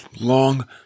long